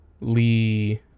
Lee